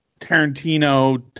Tarantino